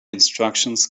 instructions